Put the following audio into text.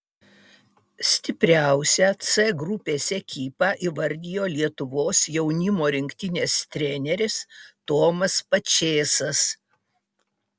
stipriausią c grupės ekipą įvardijo lietuvos jaunimo rinktinės treneris tomas pačėsas